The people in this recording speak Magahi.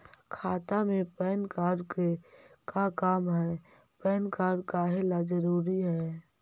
खाता में पैन कार्ड के का काम है पैन कार्ड काहे ला जरूरी है?